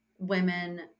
women